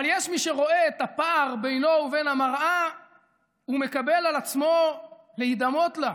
אבל יש מי שרואה את הפער בינו ובין המראה ומקבל על עצמו להידמות לה,